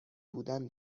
بودن